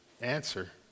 answer